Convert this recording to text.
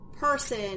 person